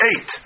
eight